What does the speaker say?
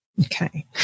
Okay